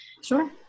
Sure